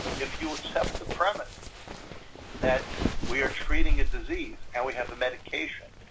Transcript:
if you accept the premise that we are treating a disease, and we have the medication,